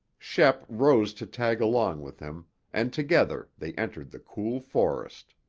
shep rose to tag along with him and together they entered the cool forest.